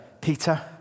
Peter